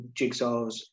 jigsaws